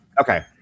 Okay